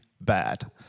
bad